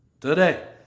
today